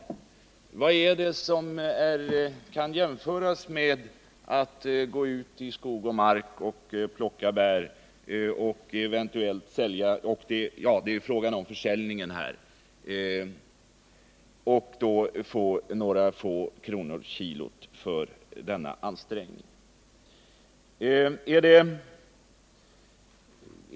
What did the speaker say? Vad är det som kan jämföras med att gå ut i skog och mark och plocka bär och sälja och få några få kronor kilot för denna ansträngning?